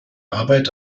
arbeit